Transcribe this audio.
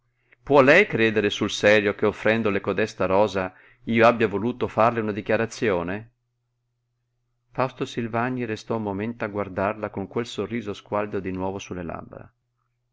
può lei credere sul serio che offrendole codesta rosa io abbia voluto farle una dichiarazione fausto silvagni restò un momento a guardarla con quel sorriso squallido di nuovo sulle labbra